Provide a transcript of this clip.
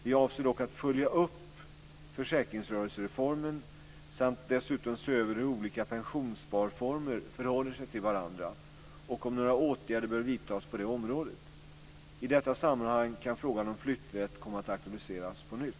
Vi avser dock att följa upp försäkringsrörelsereformen samt dessutom se över hur olika pensionssparformer förhåller sig till varandra och om några åtgärder bör vidtas på det området. I detta sammanhang kan frågan om flytträtt komma att aktualiseras på nytt.